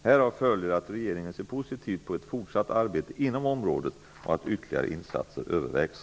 Härav följer att regeringen ser positivt på ett fortsatt arbete inom området och att ytterligare insatser övervägs.